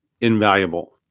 invaluable